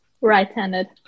Right-handed